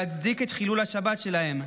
בלי להצדיק את חילול השבת שלהם,